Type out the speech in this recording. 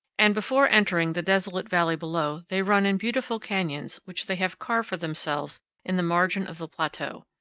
and before entering the desolate valley below they run in beautiful canyons which they have carved for themselves in the margin of the plateau.